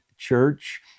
church